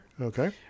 okay